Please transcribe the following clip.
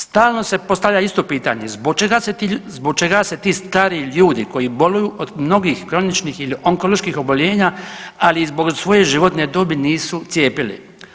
Stalno se postavlja isto pitanje zbog čega se ti stari ljudi koji boluju od mnogih kroničnih ili onkoloških oboljenja ali i zbog svoje životne dobi nisu cijepili.